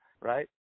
right